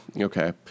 okay